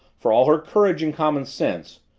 for all her courage and common sense,